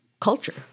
culture